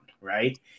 right